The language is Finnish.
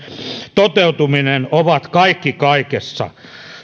toteutuminen ovat kaikki kaikessa